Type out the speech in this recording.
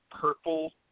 purple